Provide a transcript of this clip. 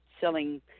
selling